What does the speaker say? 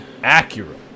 Acura